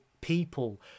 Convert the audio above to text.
people